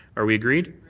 are we agreed.